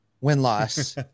Win-loss